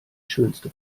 schönste